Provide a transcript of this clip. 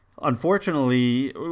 Unfortunately